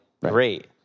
great